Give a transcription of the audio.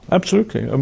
absolutely. and